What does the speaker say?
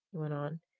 went on,